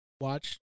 watch